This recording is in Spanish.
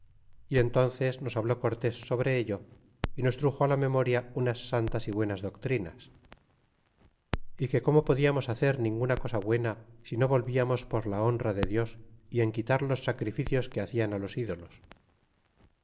y entónces nos habló cortés sobre ello y nos truxo á la memoria unas santas y buenas doctrinas y que cómo podiamos hacer ninguna cosa buena si no volviamos por la honra de dios y en quitar los sacrificios que hacian á los ídolos